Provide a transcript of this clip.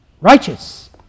righteous